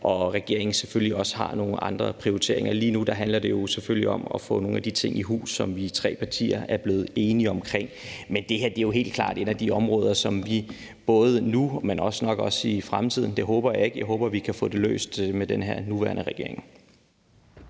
og regeringen selvfølgelig har nogle andre prioriteringer. Lige nu handler selvfølgelig om at få nogle af de ting i hus, som vi tre partier er blevet enige om. Men de her er jo helt klart et af de områder, vi skal kigge på, både nu, men nok også i fremtiden – men jeg håber, at vi får det løst med den nuværende regering.